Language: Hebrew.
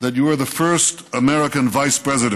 that you are the first American Vice President